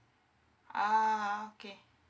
uh okay